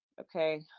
okay